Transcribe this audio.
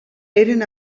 eren